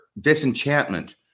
disenchantment